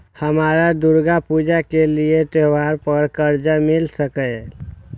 हमरा दुर्गा पूजा के लिए त्योहार पर कर्जा मिल सकय?